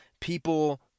People